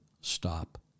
stop